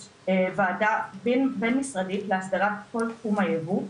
וועדה בין משרדית להסדרת כל תחום הייבוא,